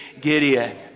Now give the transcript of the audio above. Gideon